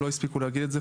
לא הספיקו להגיד את זה,